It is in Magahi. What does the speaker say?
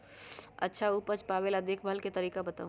अच्छा उपज पावेला देखभाल के तरीका बताऊ?